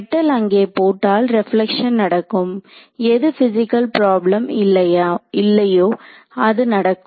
metal அங்கே போட்டால் reflection நடக்கும் எது பிசிகல் பிராப்ளம் இல்லையோ அது நடக்கும்